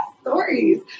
stories